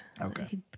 Okay